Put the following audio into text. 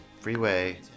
freeway